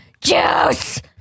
Juice